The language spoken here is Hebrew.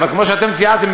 אבל כמו שאתם תיארתם,